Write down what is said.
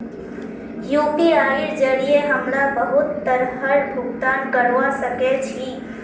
यूपीआईर जरिये हमरा बहुत तरहर भुगतान करवा सके छी